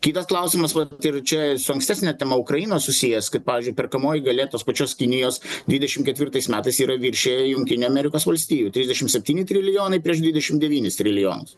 kitas klausimas vat ir čia su ankstesne tema ukraina susijęs kad pavyzdžiui perkamoji galia tos pačios kinijos dvidešimt ketvirtais metais yra viršija jungtinių amerikos valstijų trisdešimt septyni trilijonai prieš dvidešimt devynis trilijonus